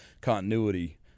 continuity